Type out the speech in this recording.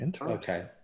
Okay